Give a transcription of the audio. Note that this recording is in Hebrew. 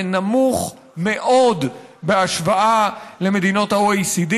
זה נמוך מאוד בהשוואה למדינות ה-OECD,